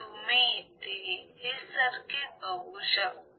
तुम्ही इथे हे सर्किट बघू शकता